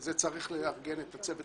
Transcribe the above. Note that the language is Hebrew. זה צריך לארגן את הצוות